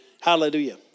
Hallelujah